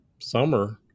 summer